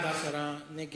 בעד, 10, נגד,